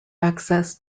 access